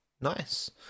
Nice